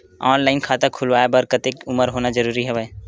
Online खाता खुलवाय बर कतेक उमर होना जरूरी हवय?